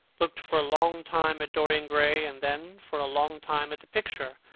looked for a long time at dorian gray, and then for a long time at the picture,